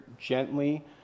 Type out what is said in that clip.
gently